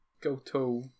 Goto